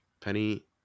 Penny